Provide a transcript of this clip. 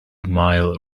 mile